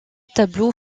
tableau